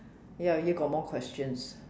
ya you got more questions